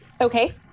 Okay